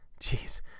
jeez